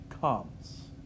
comes